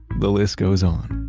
the list goes on,